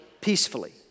peacefully